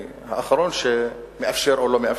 אני האחרון שמאפשר או לא מאפשר.